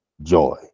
joy